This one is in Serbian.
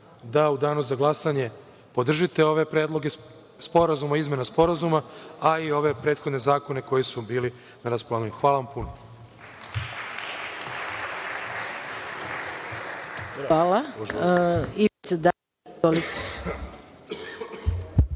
da u danu za glasanje podržite ove predloge sporazuma i izmena sporazuma, a i ove prethodne zakone koji su bili na raspolaganju. Hvala vam puno. **Maja